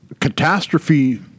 catastrophe